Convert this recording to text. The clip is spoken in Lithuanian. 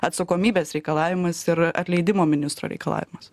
atsakomybės reikalavimas ir atleidimo ministro reikalavimas